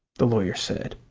the lawyer said.